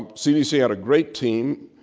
cdc had a great team,